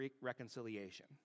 reconciliation